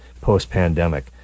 post-pandemic